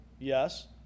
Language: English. yes